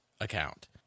account